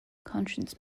conscience